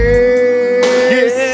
Yes